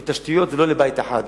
כי תשתיות זה לא לבית אחד.